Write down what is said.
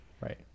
Right